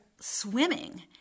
swimming